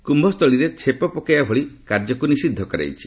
କୁୟ ସ୍ଥଳୀରେ ଛେପ ପକାଇବା ଭଳି କାର୍ଯ୍ୟକୁ ନିଷିଦ୍ଧ କରାଯାଇଛି